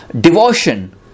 Devotion